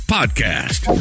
podcast